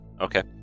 Okay